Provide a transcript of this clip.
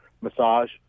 massage